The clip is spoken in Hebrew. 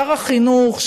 שר החינוך,